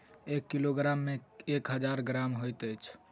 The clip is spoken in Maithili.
एक किलोग्राम मे एक हजार ग्राम होइत अछि